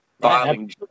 filing